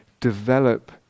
develop